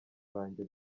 banjye